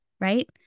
right